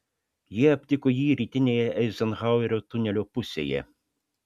jie aptiko jį rytinėje eizenhauerio tunelio pusėje